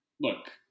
look